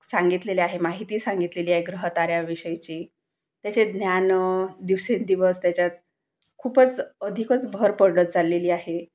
सांगितलेले आहे माहिती सांगितलेली आहे ग्रहताऱ्याविषयीची त्याचे ज्ञान दिवसेंदिवस त्याच्यात खूपच अधिकच भर पडत चाललेली आहे